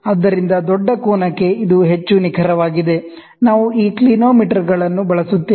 ಆದ್ದರಿಂದ ದೊಡ್ಡ ಕೋನಕ್ಕೆ ಇದು ಹೆಚ್ಚು ನಿಖರವಾಗಿದೆ ನಾವು ಈ ಕ್ಲಿನೋಮೀಟರ್ಗಳನ್ನು ಬಳಸುತ್ತೇವೆ